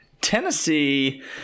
Tennessee